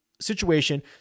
situation